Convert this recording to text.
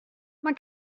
mae